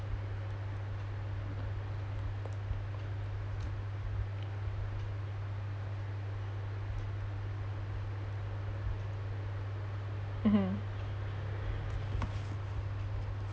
mmhmm